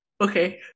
Okay